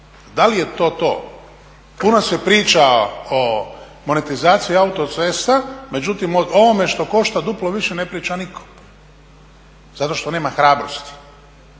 da li je to to? Puno se priča o monetizaciji autocesta, međutim o ovome što košta duplo više ne priča nitko zato što nema hrabrosti,